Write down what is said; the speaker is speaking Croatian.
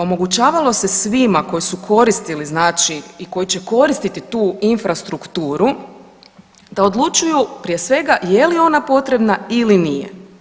Omogućavamo se svima koji su koristili znači i koji će koristiti ti infrastrukturu da odlučuju prije svega je li ona potrebna ili nije.